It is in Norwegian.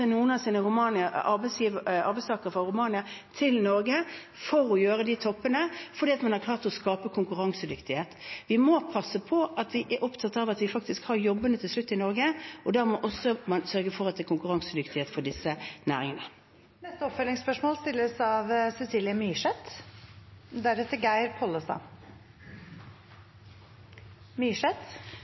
noen av sine arbeidstakere fra Romania til Norge for å ta disse toppene – fordi man har klart å skape konkurransedyktighet. Vi er opptatt av at vi faktisk har disse jobbene til slutt i Norge, og da må vi sørge for at det er konkurransedyktighet for disse næringene. Cecilie Myrseth – til oppfølgingsspørsmål.